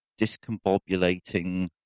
discombobulating